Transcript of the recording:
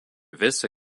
visą